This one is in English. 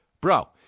Bro